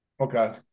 Okay